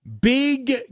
big